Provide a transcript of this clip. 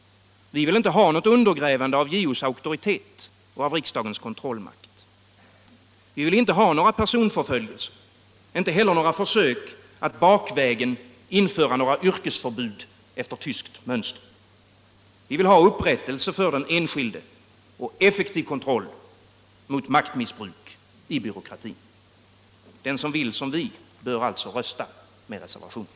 Vi vill inte ha något undergrävande av JO:s auktoritet och av riksdagens kontrollmakt. Vi vill inte ha några personförföljelser, inte heller några försök att bakvägen införa några yrkesförbud efter tyskt mönster. Vi vill ha upprättelse för den enskilde och effektiv kontroll mot maktmiss 1! bruk i byråkratin. Den som vill som vi bör alltså rösta för reservationen.